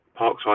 Parkside